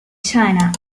china